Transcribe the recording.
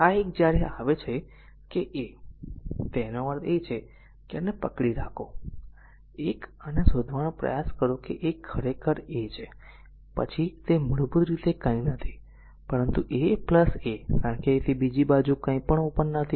આ એક જ્યારે આવે છે કે a તેનો અર્થ એ છે કે આને પકડી રાખો 1 અને આ એ શોધવાનો પ્રયાસ છે કે a આ ખરેખર a છે પછી તે મૂળભૂત રીતે કંઈ નથી પરંતુ a a કારણ કે બીજી બાજુ કંઈપણ ઓપન નથી